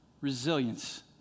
Resilience